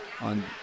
on